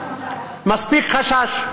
מספיק חשש.